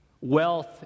Wealth